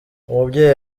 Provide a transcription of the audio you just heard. umubyeyi